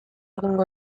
egingo